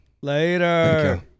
later